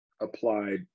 applied